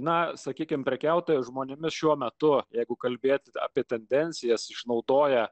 na sakykime prekiautojų žmonėmis šiuo metu jeigu kalbėti apie tendencijas išnaudoja